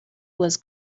was